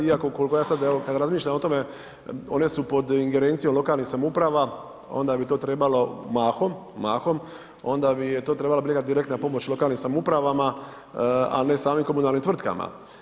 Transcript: Iako koliko ja sada kada razmišljam o tome one su pod ingerencijom lokalnih samouprava onda bi to trebalo mahom, onda bi to trebala … direktna pomoć lokalnim samoupravama, a ne samim komunalnim tvrtkama.